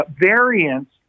variants